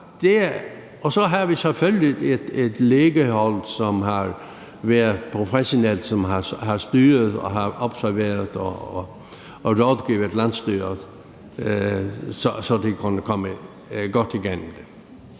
Og så har vi selvfølgelig et lægehold, som har været professionelt, som har styret, observeret og rådgivet landsstyret, så de kunne komme godt igennem det.